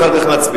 ואחר כך נצביע.